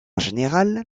général